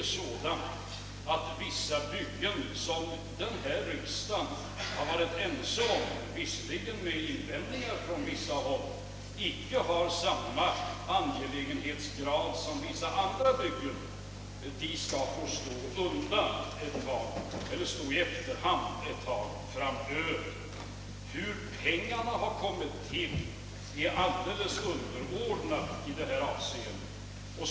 Riksdagen har varit överens om — visserligen med invändningar från vissa håll — att vissa byggen, som icke har samma angelägenhetsgrad som andra byggen, skall komma i efterhand ett tag framöver. Hur pengarna kommit till är av helt underordnad betydelse i detta avseende.